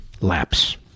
lapse